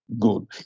good